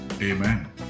Amen